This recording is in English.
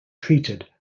treated